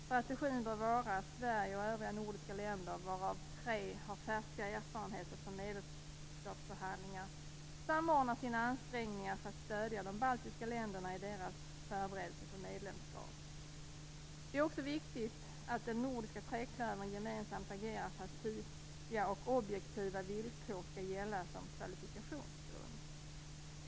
Strategin bör vara att Sverige och övriga nordiska länder, varav tre har färska erfarenheter från medlemskapsförhandlingar, samordnar sina ansträngningar för att stödja de baltiska länderna i deras förberedelse för medlemskap. Det är också viktigt att den nordiska treklövern gemensamt agerar för att tydliga och objektiva villkor skall gälla som kvalifikationsgrund.